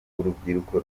urubyiruko